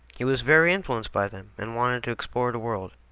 he was very influenced by them and wanted to explore the world.